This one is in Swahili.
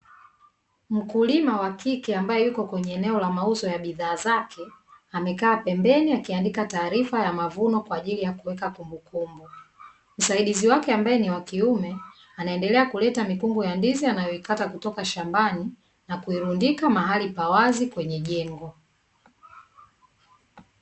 Mkulima wa kike ambaye yupo kwenye mauzo ya bidhaa zake, amekaa pembeni akiandika taarifa kwa ajili ya kumbukumbu ya mazao yake, msaidizi wake ambae ni wakiume akiendelea kuleta mikungu ya ndizi anayoifata kutoka shambani na kuirundika mahali pa wazi katika jengo.